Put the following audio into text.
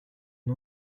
une